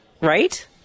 Right